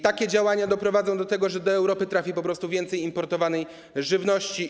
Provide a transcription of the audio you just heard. Takie działania doprowadzą do tego, że do Europy trafi po prostu więcej importowanej żywności.